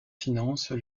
finances